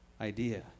idea